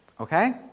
Okay